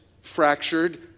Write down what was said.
fractured